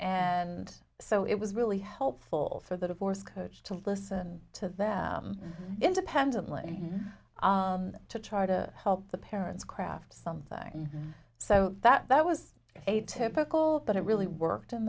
and so it was really helpful for the divorce coach to listen to them independently to try to help the parents craft something so that was atypical but it really worked in